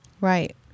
Right